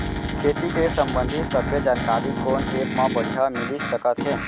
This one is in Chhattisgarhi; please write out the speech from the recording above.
खेती के संबंधित सब्बे जानकारी कोन एप मा बढ़िया मिलिस सकत हे?